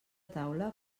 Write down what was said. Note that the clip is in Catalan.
taula